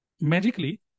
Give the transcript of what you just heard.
magically